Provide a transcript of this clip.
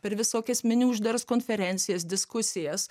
per visokias mini uždaras konferencijas diskusijas